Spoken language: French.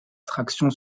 traction